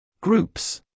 Groups